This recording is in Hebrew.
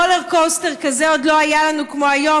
roller coaster כזה עוד לא היה לנו כמו היום.